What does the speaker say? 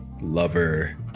lover